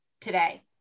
today